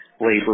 labor